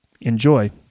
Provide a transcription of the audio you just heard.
Enjoy